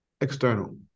External